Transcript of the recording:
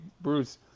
Bruce